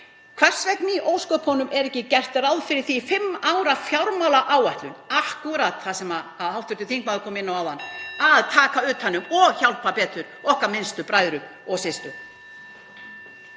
Hvers vegna í ósköpunum er ekki gert ráð fyrir því í fimm ára fjármálaáætlun, sem hv. þingmaður kom inn á áðan, að taka utan um og hjálpa betur okkar minnstu bræðrum og systrum?